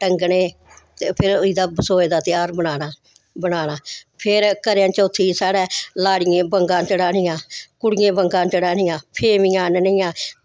टंगने ते फिर एह्दा बसोए दा तेहार मनाना बनाना ते फिर करेआचौथी गी साढ़े लाड़ियें बङा चढ़ानियां कुड़ियें बङा चढ़ानियां फेमियां आह्ननियां